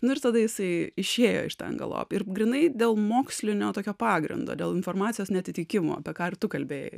nu ir tada jisai išėjo iš ten galop ir grynai dėl mokslinio tokio pagrindo dėl informacijos neatitikimo apie ką ir tu kalbėjai